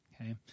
okay